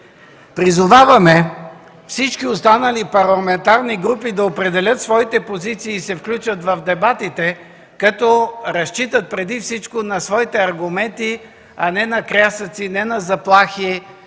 Призоваваме всички останали парламентарни групи да определят своите позиции и се включат в дебатите като разчитат преди всичко на своите аргументи, а не на крясъци, не на заплахи,